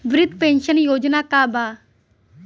वृद्ध पेंशन योजना का बा?